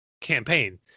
campaign